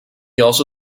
also